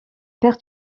père